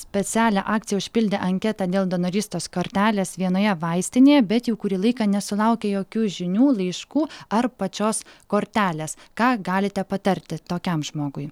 specialią akciją užpildė anketą dėl donorystės kortelės vienoje vaistinėje bet jau kurį laiką nesulaukė jokių žinių laiškų ar pačios kortelės ką galite patarti tokiam žmogui